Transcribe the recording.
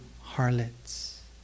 harlots